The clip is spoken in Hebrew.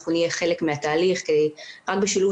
אנחנו נהיה חלק מהתהליך כי רק בשילוב